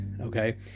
okay